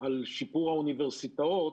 על שיפור האוניברסיטאות.